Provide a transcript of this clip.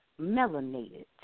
melanated